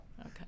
Okay